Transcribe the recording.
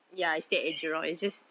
west